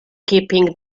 keeping